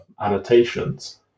annotations